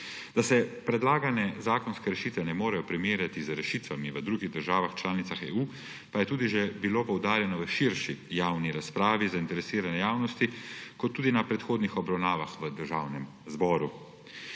Da se predlagane zakonske rešitve ne morejo primerjati z rešitvami v drugih državah članicah EU, pa je bilo tudi že poudarjeno v širši javni razpravi zainteresirane javnosti kot tudi na predhodnih obravnavah v Državnem zboru.